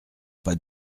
pas